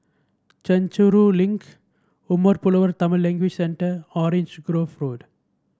Chencharu Link Umar Pulavar Tamil Language Centre Orange Grove Road